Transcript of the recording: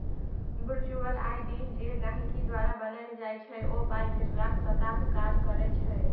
virtual ID जे गहिंकी द्वारा बनाएल जाइ छै ओ पाइ भेजबाक पताक काज करै छै